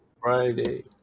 Friday